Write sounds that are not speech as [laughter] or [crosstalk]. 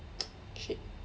[noise] shit